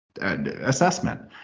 assessment